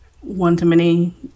one-to-many